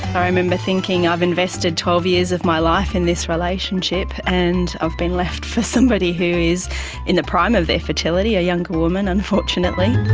i remember thinking i've invested twelve years of my life in this relationship and i've been left for somebody who is in the prime of their fertility, a younger woman unfortunately.